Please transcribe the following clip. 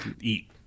eat